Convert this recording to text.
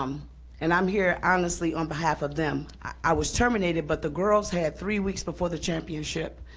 um and i'm here honestly on behalf of them. i was terminated, but the girls had three weeks before the championship.